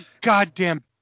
goddamn